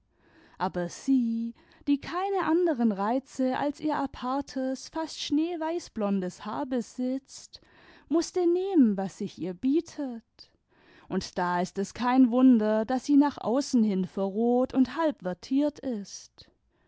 aber sie die keine anderen reize als ihr apartes fast schneeweißblondes haar besitzt mußte nehmen was sich ihr bietet und da ist es kein wunder daß sie nach außen hin verroht und halb vertiert ist